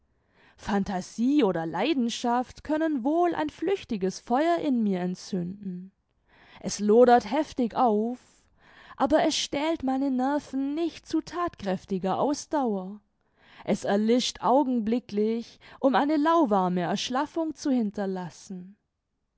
phantasie oder leidenschaft können wohl ein flüchtiges feuer in mir entzünden es lodert heftig auf aber es stählt meine nerven nicht zu thatkräftiger ausdauer es erlischt augenblicklich um eine lauwarme erschlaffung zu hinterlassen